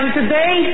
today